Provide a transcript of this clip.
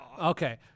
Okay